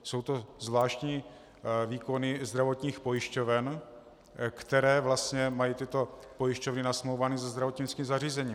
Jsou to zvláštní výkony zdravotních pojišťoven, které vlastně mají tyto pojišťovny nasmlouvané se zdravotnickým zařízením.